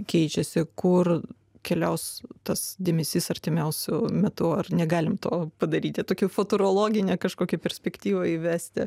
keičiasi kur keliaus tas dėmesys artimiausiu metu ar negalim to padaryti tokią futurologinę kažkokią perspektyvą įvesti